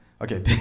Okay